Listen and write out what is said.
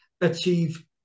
achieve